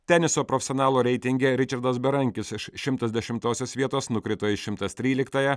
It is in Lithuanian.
teniso profesionalų reitinge ričardas berankis iš šimtas dešimtosios vietos nukrito į šimtas tryliktąją